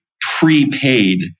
prepaid